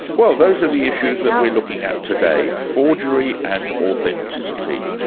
well those are the issues that we're looking at today forgery and authenticity,